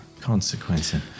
consequences